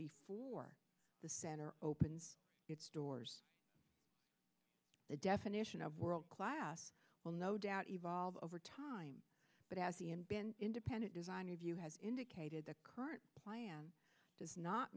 before the center opens its doors the definition of world class will no doubt evolve over time but as the end been independent designer view has indicated the current plan does not